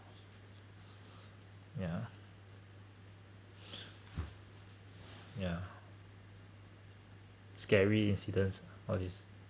yeah yeah scary incidents all these